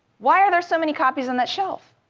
why are there so many copies on that shelf?